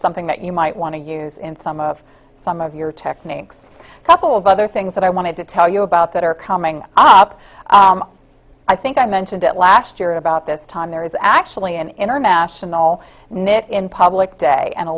something that you might want to use in some of some of your techniques a couple of other things that i wanted to tell you about that are coming up i think i mentioned it last year about this time there is actually an international knit in public day and a